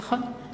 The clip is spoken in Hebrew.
נכון.